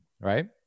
right